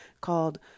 called